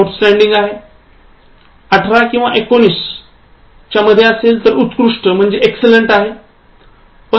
१८ किंवा १९ उत्कृष्ट आहे